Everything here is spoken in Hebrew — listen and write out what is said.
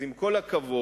אז עם כל הכבוד,